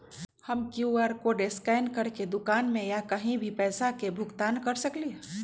हम QR code scan करके दुकान में या कहीं भी पैसा के भुगतान कर सकली ह?